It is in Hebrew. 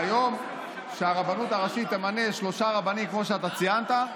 ביום שהרבנות הראשית תמנה שלושה רבנים כמו שאתה ציינת,